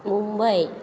Mumbai